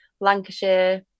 lancashire